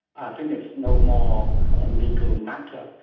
i think it's no more a legal matter.